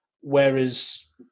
whereas